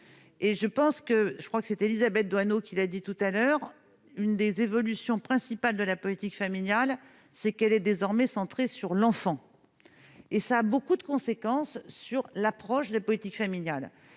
et je pense que je crois que c'est Élisabeth Doineau qui l'a dit tout à l'heure, une des évolutions principal de la politique familiale, c'est qu'elle est désormais centrée sur l'enfant, et ça, beaucoup de conséquences sur l'approche de la politique familiale